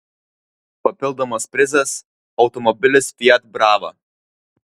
papildomas prizas automobilis fiat brava